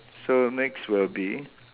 so next will be